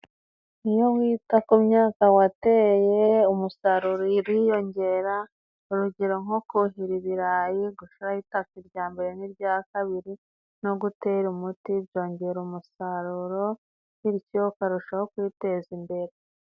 Iyo wita ku myaka wateye, umusaruro uriyongera urugero nko kuhira ibirayi, gushiraho itaka irya mbere n'irya kabiri no gutera umuti byongera umusaruro, bityo ukarushaho kwiteza imbere.